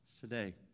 today